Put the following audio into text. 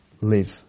live